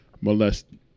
molested